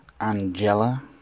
Angela